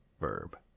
verb